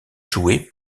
jouée